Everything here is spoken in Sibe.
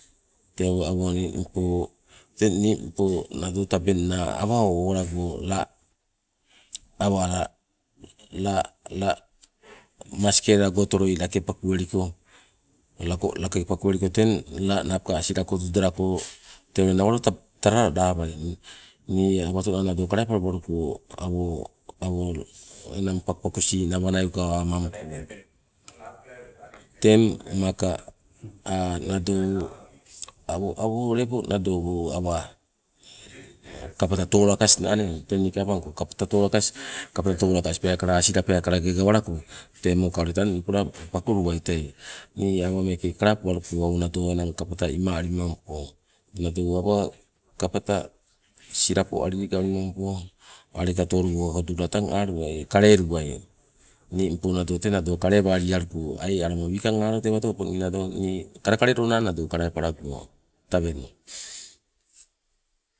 Tewo awo ning po, teng ningpo nado tabeng naa awa owalago la awa la la la- maskela go otoloi lake pakoweliko, lake pakuweliko teng la napo asilako tudalako tee ule nawalo talala lawai. Nii awato naa leepo kalapalabaluko awo- awo pakupakusi nawa nai ukawamampo. teng maka nado awo- awo lepo nado awa kapata tolakasnaa nee, teng niike apangko kapata tolakas asila peekala age gawalako temo tang pola pakuluai tei. Nii awa meeke kalapabaluko awa nado enana kapata inna alimampo, nado awa kapata silapo, alili kaleli mampo aleka tolulugo kadula teng aluwai kaleelunai. Ning po nado tee nado kalealialuko ai aloma wikang alo tewato naa opong nii nado kalekale dona kalaaplaga. Tabeng